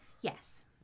Yes